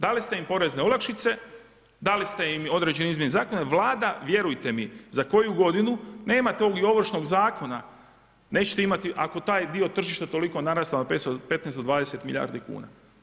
Dali ste im porezne olakšice, dali ste im određene izmjene zakona, Vlada vjerujte mi, za koju godinu nema tog Ovršnog zakona, neće imati ako taj dio tržišta toliko je narastao na … do 20 milijardi kuna.